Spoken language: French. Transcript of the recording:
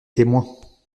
témoins